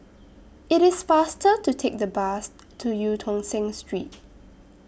IT IS faster to Take The Bus to EU Tong Sen Street